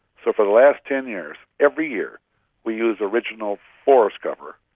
so for the last ten years, every year we use original forest cover,